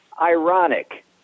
ironic